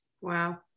Wow